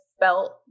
felt